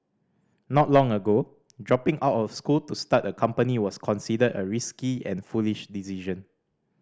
not long ago dropping out of school to start a company was considered a risky and foolish decision